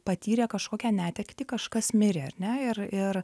patyrė kažkokią netektį kažkas mirė ar ne ir ir